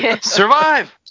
Survive